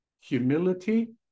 humility